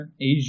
Asia